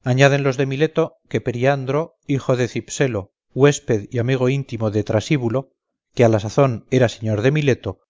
delfios añaden los de mileto que periandro hijo de cipselo huésped y amigo íntimo de trasíbulo que a la sazón era señor de mileto